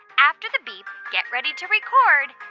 after the beep, get ready to record